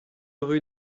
rue